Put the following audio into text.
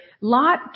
Lot